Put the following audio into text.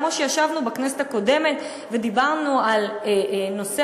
כמו שהיה כשישבנו בכנסת הקודמת ודיברנו על נושא